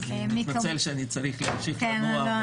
אני מתנצל שאני צריך להמשיך לנוע.